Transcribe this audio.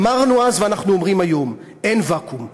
אמרנו אז ואנחנו אומרים היום: אין ואקום.